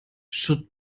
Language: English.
should